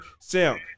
Sam